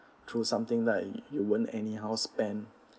through something like you won't anyhow spend